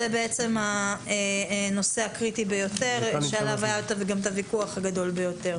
זה הנושא הקריטי ביותר שעליו היה גם את הוויכוח הגדול ביותר.